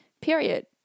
period